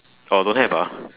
oh don't have ah